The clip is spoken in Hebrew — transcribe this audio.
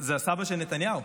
זה הסבא של נתניהו.